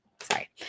Sorry